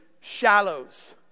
shallows